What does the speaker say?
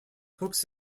hooks